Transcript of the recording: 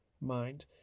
mind